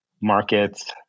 markets